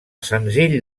senzill